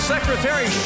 Secretary